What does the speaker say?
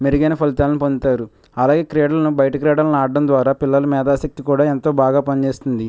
మెరుగైన ఫలితాలను పొందుతారు అలానే క్రీడలను బయటికి రావడం ఆడ్డం ద్వారా పిల్లల మేధాశక్తి ఎంతో బాగా పనిచేస్తుంది